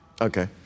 Okay